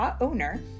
owner